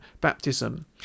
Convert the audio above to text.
baptism